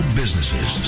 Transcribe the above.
businesses